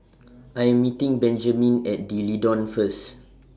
I Am meeting Benjamen At D'Leedon First